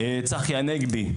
צחי הנגבי,